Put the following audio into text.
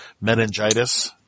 meningitis